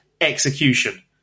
execution